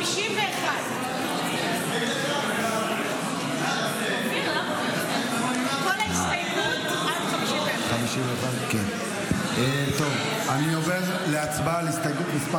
51. כל ההסתייגויות עד 51. אני עובר להצבעה על הסתייגות מס'